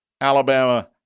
Alabama